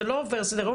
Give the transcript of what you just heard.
זה לא עובר לסדר היום,